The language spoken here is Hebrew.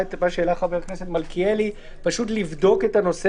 חבר הכנסת מלכיאלי העלה בקשה לבדוק את הנושא